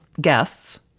guests